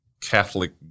Catholic